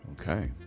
okay